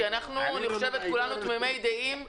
כולנו תמימי דעים,